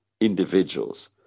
individuals